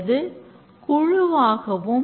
இதோடு நிறுத்துவோம்